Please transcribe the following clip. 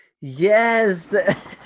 Yes